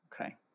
okay